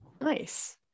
nice